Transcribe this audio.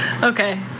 Okay